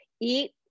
eat